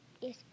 Yes